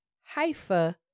Haifa